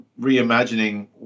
reimagining